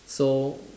so